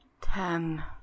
Ten